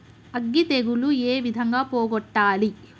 అగ్గి తెగులు ఏ విధంగా పోగొట్టాలి?